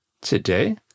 Today